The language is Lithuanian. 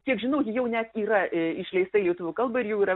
kiek žinau ji jau net yra išleista į lietuvių kalbą ir jau yra